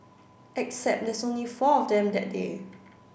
except there's only four of them that day